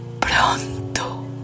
Pronto